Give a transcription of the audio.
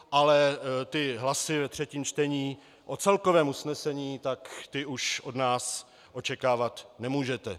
Ale ty hlasy ve třetím čtení o celkovém usnesení, ty už od nás očekávat nemůžete.